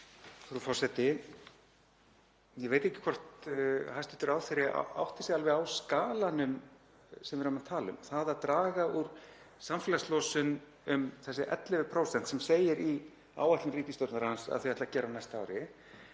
Frú forseti. Ég veit ekki hvort hæstv. ráðherra átti sig alveg á skalanum sem við erum að tala um. Það að draga úr samfélagslosun um þessi 11% sem segir í áætlun ríkisstjórnarinnar að þau ætli að gera á næsta ári